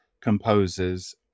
composers